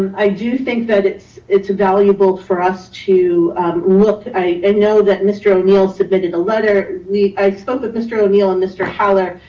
i do think that it's it's valuable for us to look. i and know that mr. o'neill submitted a letter. i spoke with mr. o'neill and mr. holler,